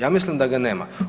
Ja mislim da ga nema.